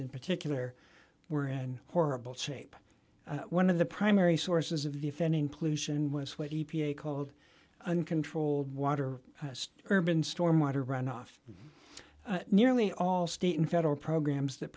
in particular were in horrible shape one of the primary sources of defending pollution was what he called uncontrolled water urban storm water runoff nearly all state and federal programs that